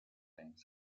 times